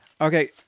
Okay